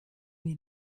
wir